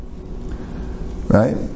Right